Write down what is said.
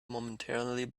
momentarily